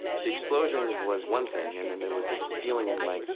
the explosion was one thing, and then there was this feeling in my.